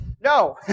No